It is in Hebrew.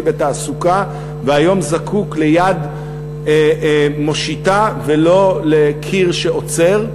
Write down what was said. בתעסוקה והיום זקוק ליד מושיטה ולא לקיר שעוצר.